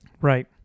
Right